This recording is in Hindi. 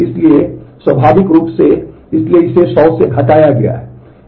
इसलिए स्वाभाविक रूप से इसलिए इसे 100 से घटाया गया है